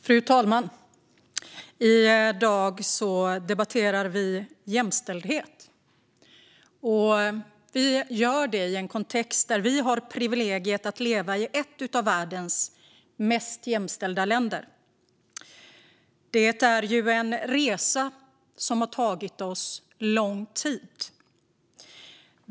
Fru talman! I dag debatterar vi jämställdhet, och vi gör det i en kontext där vi har privilegiet att leva i ett av världens mest jämställda länder. Detta är en resa som har tagit oss lång tid.